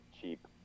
cheap